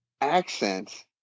accent